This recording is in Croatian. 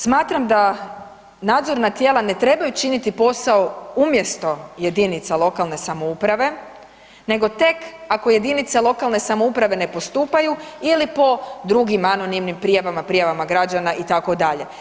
Smatram da nadzorna tijela ne trebaju činiti posao umjesto jedinica lokalne samouprave nego tek ako jedinice lokalne samouprave ne postupaju ili po drugim anonimnim prijavama, prijavama građana, itd.